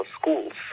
schools